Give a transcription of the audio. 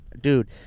Dude